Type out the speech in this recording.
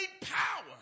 power